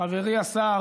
חברי השר,